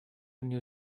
new